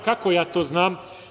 Kako ja to znam?